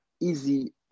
easy